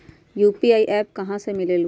UPI app कहा से मिलेलु?